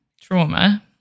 trauma